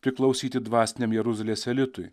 priklausyti dvasiniam jeruzalės elitui